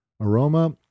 Aroma